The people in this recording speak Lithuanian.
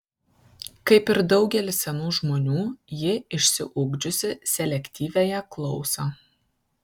kaip ir daugelis senų žmonių ji išsiugdžiusi selektyviąją klausą